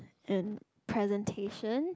and presentation